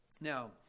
Now